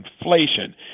inflation